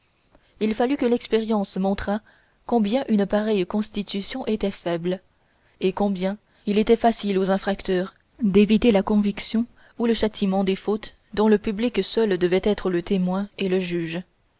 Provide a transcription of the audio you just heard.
il fallut que l'expérience montrât combien une pareille constitution était faible et combien il était facile aux infracteurs d'éviter la conviction ou le châtiment des fautes dont le public seul devait être le témoin et le juge